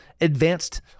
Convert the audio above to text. advanced